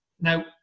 Now